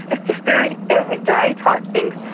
it's just very every day type things.